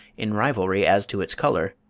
in rivalry as to its colour,